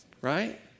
Right